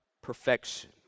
perfection